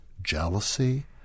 jealousy